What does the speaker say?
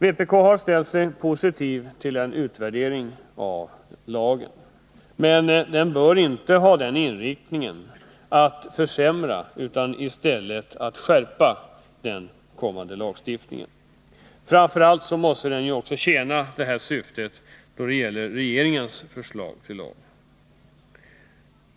Vpk har ställt sig positivt till en utvärdering av lagen, men den bör inte vara inriktad på att försämra utan i stället på att skärpa lagen. Framför allt måste utvärderingen ha detta syfte då det gäller regeringens förslag till lag.